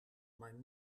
maar